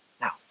Now